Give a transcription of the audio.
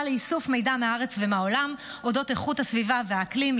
לאיסוף מידע מהארץ ומהעולם על אודות איכות הסביבה והאקלים,